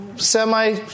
semi